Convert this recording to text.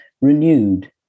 renewed